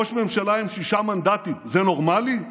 ראש ממשלה עם שישה מנדטים זה נורמלי?